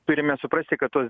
turime suprasti kad tos